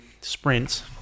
sprints